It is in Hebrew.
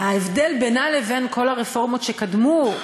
ההבדל בינה לבין כל הרפורמות שקדמו,